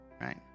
right